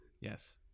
Yes